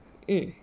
mm